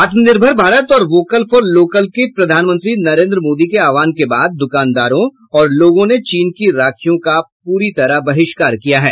आत्मनिर्भर भारत और vocal for local के प्रधान मंत्री नरेन्द्र मोदी के आह्वान के बाद दुकानदारों और लोगों ने चीन की राखियों का पूरी तरह बहिष्कार किया है